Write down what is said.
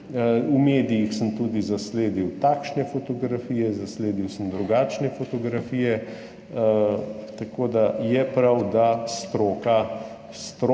V medijih sem tudi zasledil takšne fotografije, zasledil sem drugačne fotografije, tako da je prav, da stroka